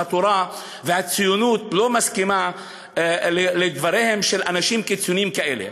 התורה והציונות לא מסכימות לדבריהם של אנשים קיצוניים כאלה.